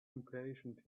impatient